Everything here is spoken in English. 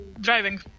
Driving